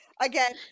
again